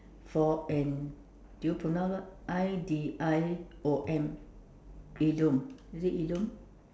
for an do you pronounce what I D I O M idiom is it idiom